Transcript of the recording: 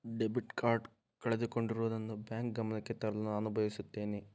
debit card ಕಳೆದುಕೊಂಡಿರುವುದನ್ನು bank ಗಮನಕ್ಕೆ ತರಲು ನಾನು ಬಯಸುತ್ತೇನೆ